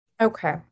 Okay